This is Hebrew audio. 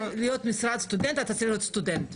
--- למשרת סטודנט אתה צריך להיות סטודנט,